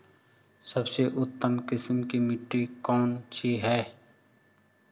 सबसे उत्तम किस्म की मिट्टी कौन सी है?